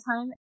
Time